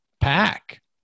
pack